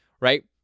right